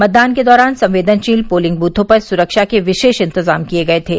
मतदान के दौरान संवेदनशील पोलिंग बूथों पर सुरक्षा के विशेष इंतजाम किये गये थे